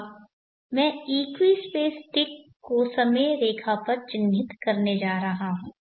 अब मैं equi space tick को समय रेखा पर चिह्नित करने जा रहा हूं